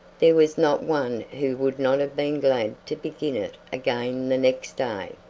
there was not one who would not have been glad to begin it again the next day.